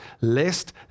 lest